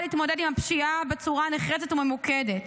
להתמודד עם הפשיעה בצורה נחרצת וממוקדת.